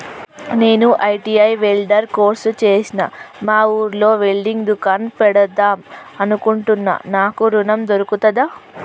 నేను ITI welder course చేశ్న మా ఊర్లో వెల్డింగ్ దుకాన్ పెడదాం అనుకుంటున్నా నాకు ఋణం దొర్కుతదా?